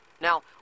Now